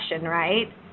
right